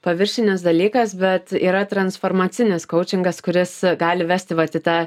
paviršinis dalykas bet yra transformacinis kaučingas kuris gali vesti vat į tą